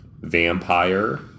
Vampire